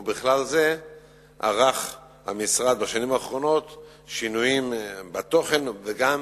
ובכלל זה ערך המשרד בשנים האחרונות שינויים בתוכן וגם